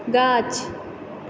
गाछ